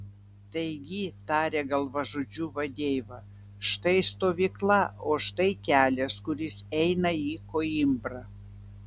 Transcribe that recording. taigi tarė galvažudžių vadeiva štai stovykla o štai kelias kuris eina į koimbrą